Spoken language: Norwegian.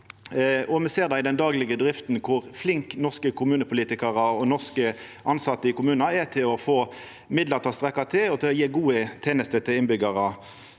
og me ser i den daglege drifta kor flinke norske kommunepolitikarar og tilsette i kommunane er til å få midlane til å strekkja til og til å gje gode tenester til innbyggjarane.